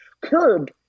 Curb